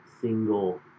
single